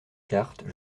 cartes